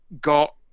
got